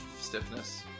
stiffness